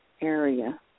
area